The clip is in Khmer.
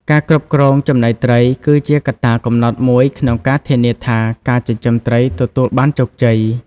ការគ្រប់គ្រង ចំណីត្រី គឺជាកត្តាកំណត់មួយក្នុងការធានាថាការចិញ្ចឹមត្រីទទួលបានជោគជ័យ។